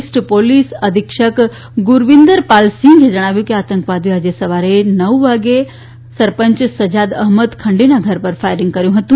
વરિષ્ઠ police અધિક્ષક ગુરવિંદરપાલસિંહે જણાવ્યું કે આતંકવાદીઓએ આજે સવારે સવા નવ વાગ્યે સરપંચ સજાદ અહમદ ખંડેના ઘર પર ફાયરિંગ કર્યું હતું